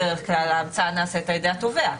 בדרך כלל ההמצאה נעשית על ידי התובע.